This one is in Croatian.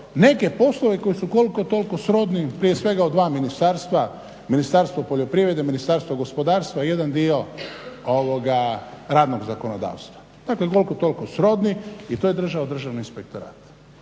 neke poslove koji su koliko toliko srodni prije svega u dva ministarstva, Ministarstvo poljoprivrede i Ministarstvo gospodarstva i jedan dio radnog zakonodavstva. Dakle, koliko toliko srodni i to je držao Državni inspektorat.